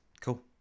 cool